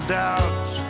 doubts